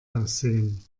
aussehen